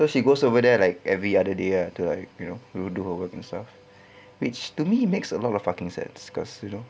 so she goes over there like every other day ah to like you know to do her work and stuff which to me makes a lot of fucking sense cause you know